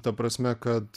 ta prasme kad